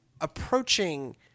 approaching